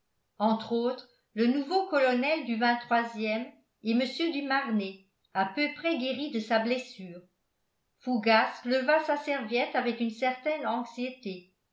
entre autres le nouveau colonel du ème et mr du marnet à peu près guéri de sa blessure fougas leva sa serviette avec une certaine anxiété